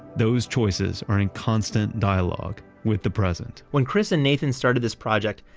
those choices are in constant dialogue with the present when chris and nathan started this project,